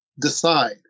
decide